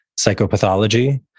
psychopathology